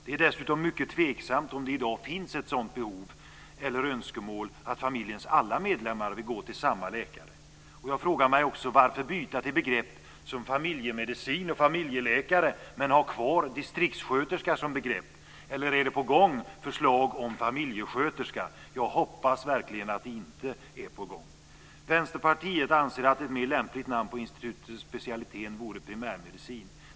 Det är dessutom mycket tveksamt om det i dag finns ett behov av eller önskemål om att familjens alla medlemmar ska gå till samma läkare. Jag frågar mig också: Varför byta till begrepp som familjemedicin och familjeläkare men ha kvar distriktssköterska som begrepp? Eller är förslag på gång om familjesköterska? Jag hoppas verkligen inte det. Vänsterpartiet anser att ett mer lämpligt namn på institutet och specialiteten vore primärmedicin.